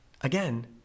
again